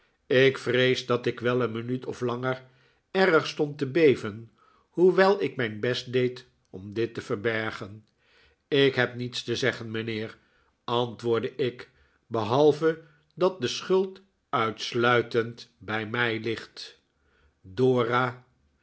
ik vrees dat ik wel een minuut of langer erg stond te beven hoewel ik mijn best deed om dit te verbergen ik heb niets te zeggen mijnheer antwoordde ik behalve dat de schuld uitsluitend bij mij ligt dora